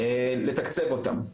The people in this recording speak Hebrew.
לתקצב אותם.